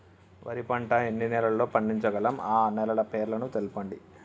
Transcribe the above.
వరి పంట ఎన్ని నెలల్లో పండించగలం ఆ నెలల పేర్లను తెలుపండి?